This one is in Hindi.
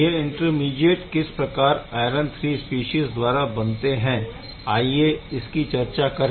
यह इंटरमीडीऐट किस प्रकार आयरन III स्पीशीज़ द्वारा बनते है आइए इसकी चर्चा करें